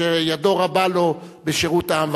שידיו רב לו בשירות העם והמולדת,